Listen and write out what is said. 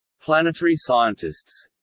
planetary scientists